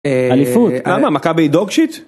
אליפות. כמה, מכבי היא dog shit?